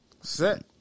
set